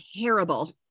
terrible